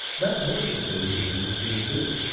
that torch of his is interesting, too.